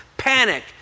Panic